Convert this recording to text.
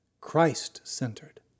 Christ-centered